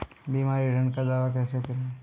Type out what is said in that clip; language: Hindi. बीमा रिटर्न का दावा कैसे करें?